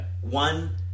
one